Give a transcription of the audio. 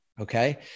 Okay